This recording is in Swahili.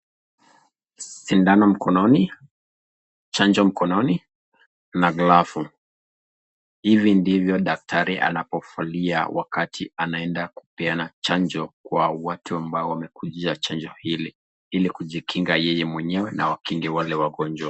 Sindano mkononi, chanjo mkononi, na glafu . Hivi ndivyo daktari anapovalia wakati anaenda kupeana chanjo kwa watu ambao wamekuja chanjo hili, ili kujikinga yeye mwenyewe na wakinge wale wagonjwa.